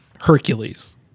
hercules